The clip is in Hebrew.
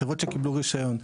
חברות שקיבלו רישיון.